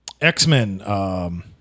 X-Men